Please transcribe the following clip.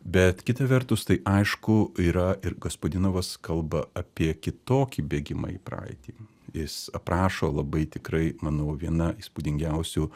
bet kita vertus tai aišku yra ir gaspodinovas kalba apie kitokį bėgimą į praeitį jis aprašo labai tikrai manau viena įspūdingiausių